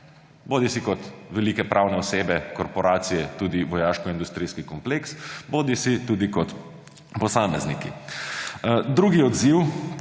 bodisi kot velike pravne osebe, korporacije, tudi vojaškoindustrijski kompleks, bodisi tudi kot posamezniki. Drugi odziv,